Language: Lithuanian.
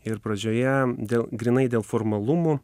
ir pradžioje dėl grynai dėl formalumų